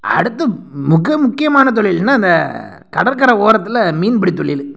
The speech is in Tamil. அடுத்து மிக முக்கியமான தொழில்னா இந்த கடற்கரை ஓரத்தில் மீன்பிடி தொழில்